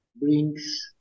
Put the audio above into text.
brings